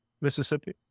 Mississippi